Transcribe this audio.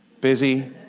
Busy